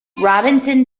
robinson